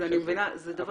זה דבר